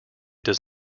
does